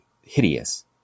hideous